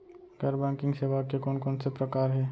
गैर बैंकिंग सेवा के कोन कोन से प्रकार हे?